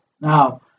Now